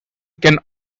can